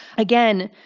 again,